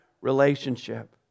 relationship